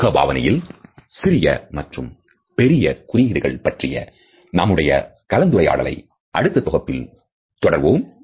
முகபாவனையில் சிறிய மற்றும் பெரியகுறியீடுகள் பற்றிய நம்முடைய கலந்துரையாடலை அடுத்த தொகுப்பில் தொடர்வோம்